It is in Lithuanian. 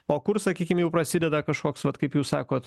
o kur sakykim jau prasideda kažkoks vat kaip jūs sakot